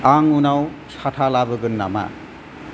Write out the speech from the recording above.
आं उनाव साथा लाबोगोन नामा